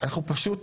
אנחנו פשוט